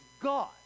God